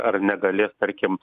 ar negalės tarkim